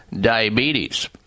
diabetes